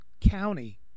county